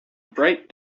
bright